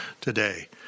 today